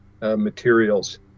materials